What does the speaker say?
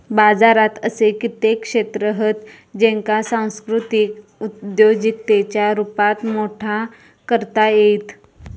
बाजारात असे कित्येक क्षेत्र हत ज्येंका सांस्कृतिक उद्योजिकतेच्या रुपात मोठा करता येईत